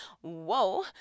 whoa